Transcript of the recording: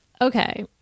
Okay